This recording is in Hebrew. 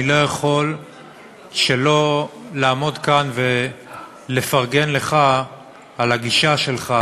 אני לא יכול שלא לעמוד כאן ולפרגן לך על הגישה שלך,